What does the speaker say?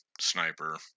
sniper